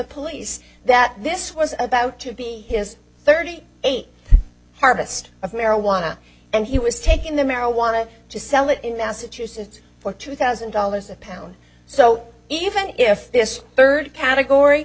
police that this was about to be his thirty eight harvest of marijuana and he was taking the marijuana to sell it in massachusetts for two thousand dollars a pound so even if this third category